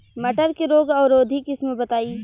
मटर के रोग अवरोधी किस्म बताई?